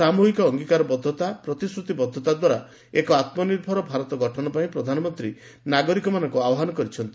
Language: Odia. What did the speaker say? ସାମୂହିକ ଅଙ୍ଗିକାରବଦ୍ଧତା ପ୍ରତିଶ୍ରତିବଦ୍ଧତା ଦ୍ୱାରା ଏକ ଆତ୍ମନିର୍ଭର ଭାରତ ଗଠନ ପାଇଁ ପ୍ରଧାନମନ୍ତ୍ରୀ ନାଗରିକମାନଙ୍କୁ ଆହ୍ୱାନ କରିଛନ୍ତି